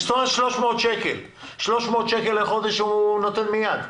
300 שקלים לחודש הוא נותן מיד.